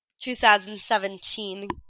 2017